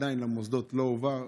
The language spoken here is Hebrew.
למוסדות עדיין לא הועבר,